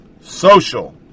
social